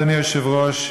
אדוני היושב-ראש,